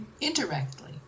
indirectly